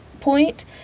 point